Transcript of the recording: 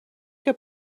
que